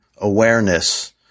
awareness